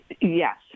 Yes